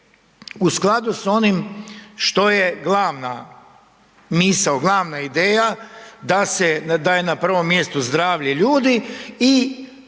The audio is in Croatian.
u skladu s onim što je glavna misao, glavna ideja da je na prvom mjestu zdravlje ljudi i